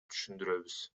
түшүндүрөбүз